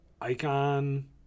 icon